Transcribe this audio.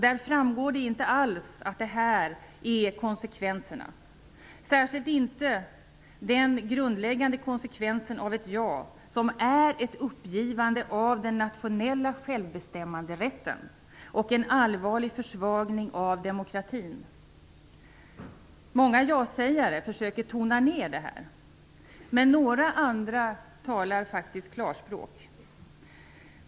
Det framgår inte alls att detta är konsekvenserna, särskilt inte när det gäller den grundläggande konsekvensen av ett ja som ett uppgivande av den nationella självbestämmanderätten och en allvarlig försvagning av demokratin är. Många ja-sägare försöker tona ned detta. Men några andra talar faktiskt klarspråk.